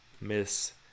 miss